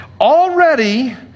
Already